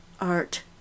Art